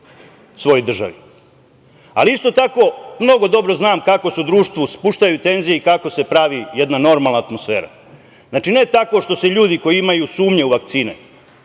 svojoj državi. Ali isto tako mnogo dobro znam kako se u društvu spuštaju tenzije i kako se pravi jedna normalna atmosfera. Znači, ne tako što se ljudi koji imaju sumnje u vakcine